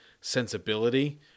sensibility